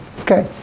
Okay